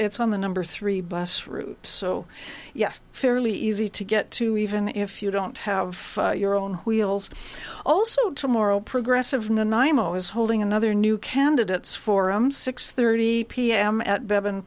it's on the number three bus route so yeah fairly easy to get to even if you don't have your own wheels also tomorrow progressive non i mo is holding another new candidates forum six thirty pm at bevan